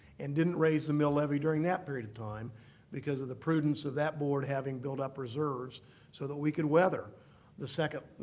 and didn't raise the mill levy during that period of time because of the prudence of that board having built up reserves so that we could weather the second,